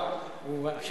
בבקשה, אדוני.